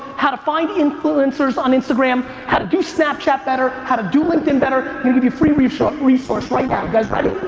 how to find influencers on instagram, how to do snapchat better, how to do linkedin better. i'll give you a free resource resource right now. you guys ready?